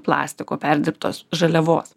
plastiko perdirbtos žaliavos